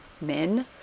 men